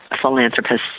philanthropist